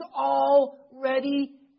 already